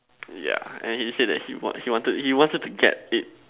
ya and he said that he want he wanted he wanted to get it